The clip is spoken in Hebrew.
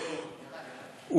לא, לא.